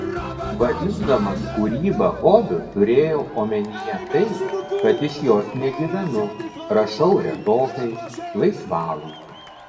vadindamas kūrybą hobiu turėjau omenyje tai kad iš jos negyvenu rašau retokai laisvalaikiu